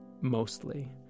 mostly